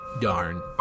darn